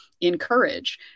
encourage